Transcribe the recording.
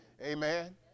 Amen